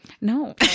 No